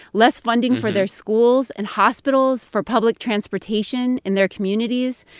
less funding for their schools and hospitals, for public transportation in their communities.